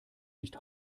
nicht